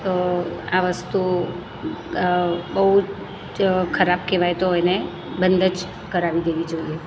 તો આ વસ્તુ બહુ જ ખરાબ કહેવાય તો એને બંધ જ કરાવી દેવી જોઈએ